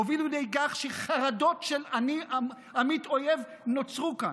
הובילו לידי כך שחרדות של עמית אויב נוצרו כאן.